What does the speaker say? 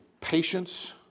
patience